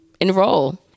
enroll